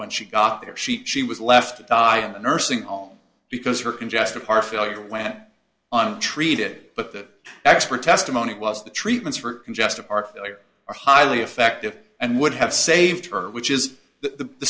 when she got there she she was left to die nursing all because her congestive heart failure went on treat it but the expert testimony was the treatments for congestive heart failure are highly effective and would have saved her which is the